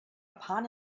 upon